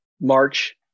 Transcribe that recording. March